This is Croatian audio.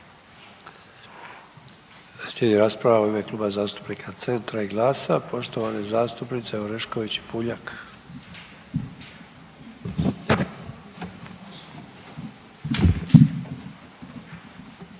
Slijedi rasprava u ime Kluba zastupnika Centra i GLAS-a poštovane zastupnice Orešković i PUljak.